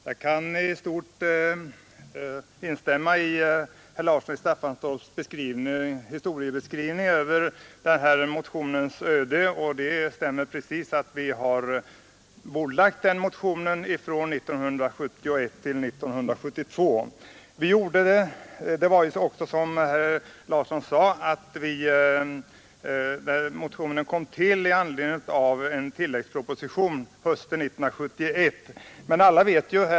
Herr talman! Jag kan i stort instämma i herr Larssons i Staffanstorp historieskrivning över den här motionens öde. Det stämmer att vi har bordlagt den från 1971 till 1972. Som herr Larsson sade kom motionen till med anledning av en tilläggsproposition hösten 1971.